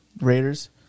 Raiders